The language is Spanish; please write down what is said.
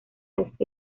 este